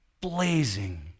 blazing